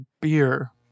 beer